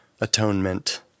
Atonement